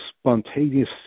spontaneous